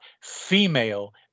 female